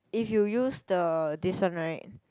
if you use the this one right